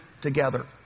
together